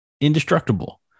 indestructible